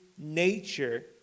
nature